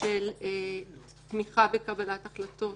של תמיכה בקבלת החלטות,